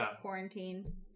quarantine